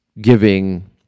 giving